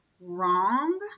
wrong